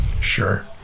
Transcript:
Sure